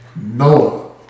Noah